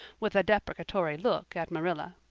with a deprecatory look at marilla.